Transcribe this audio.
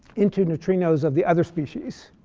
into neutrinos of the other species.